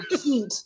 heat